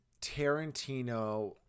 Tarantino